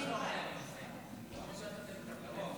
נתקבלה.